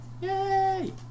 Yay